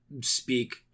speak